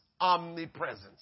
omnipresence